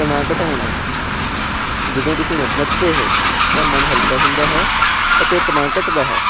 ਤਣਾਅ ਘਟਾਉਣਾ ਜਦੋਂ ਤੁਸੀਂ ਨਚਦੇ ਹੋ ਤਾਂ ਮਨ ਹਲਕਾ ਹੁੰਦਾ ਹੈ ਅਤੇ ਤਣਾਅ ਘੱਟਦਾ ਹੈ